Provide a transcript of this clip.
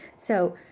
so,